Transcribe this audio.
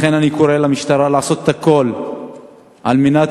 לכן אני קורא למשטרה לעשות הכול על מנת